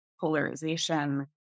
polarization